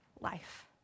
life